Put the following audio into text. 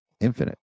infinite